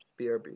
brb